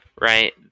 right